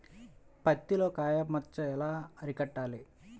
పత్తిలో కాయ మచ్చ ఎలా అరికట్టాలి?